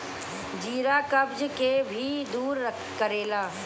जीरा कब्ज के भी दूर करेला